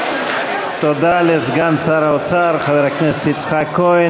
תודה לסגן שר האוצר חבר הכנסת יצחק כהן.